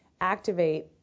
Activate